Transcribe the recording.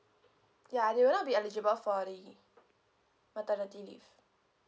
ya they will not be eligible for the maternity leave